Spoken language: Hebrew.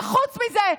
וחוץ מזה,